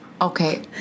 Okay